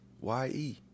Y-E